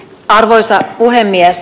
arvoisa puhemies